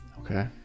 Okay